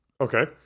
Okay